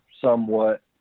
somewhat